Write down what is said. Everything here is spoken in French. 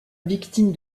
victime